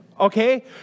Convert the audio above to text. okay